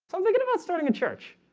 so i'm thinking about starting a church